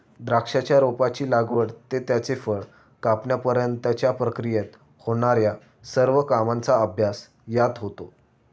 द्राक्षाच्या रोपाची लागवड ते त्याचे फळ कापण्यापर्यंतच्या प्रक्रियेत होणार्या सर्व कामांचा अभ्यास यात होतो